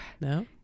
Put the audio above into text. No